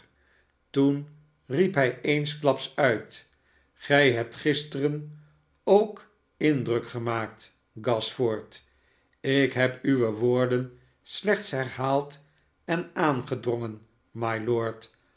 toen riep hij eensklaps uit gij hebt gisteren k indruk gemaakt gashford ik heb uwe woorden slechts herhaald en aangedrongen mylord